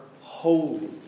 holy